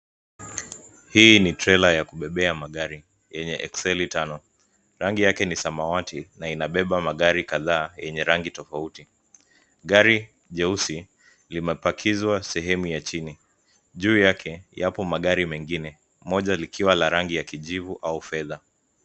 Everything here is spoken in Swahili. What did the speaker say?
Hii ni trela ya kubebea magari yenye ekseli tano. Rangi yake ni ya samawati na inabeba magari kadhaa yenye rangi tofauti. Gari jeusi limepakizwa sehemu ya chini. Juu yake yapo magari mengine moja likiwa la rangi ya kijivu au fedha.